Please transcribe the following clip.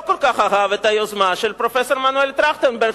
לא כל כך אהב את היוזמה של פרופסור מנואל טרכטנברג,